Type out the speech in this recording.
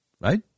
right